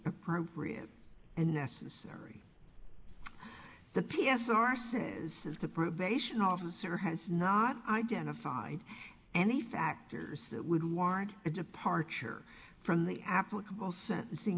appropriate and necessary the p s r says says the probation officer has not identified any factors that would warrant a departure from the applicable sentencing